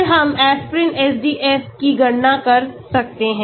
फिर हम aspirin SDF की गणना कर सकते हैं